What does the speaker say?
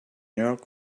york